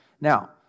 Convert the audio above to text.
Now